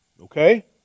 Okay